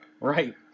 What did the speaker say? right